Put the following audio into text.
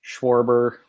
Schwarber